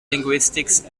linguistics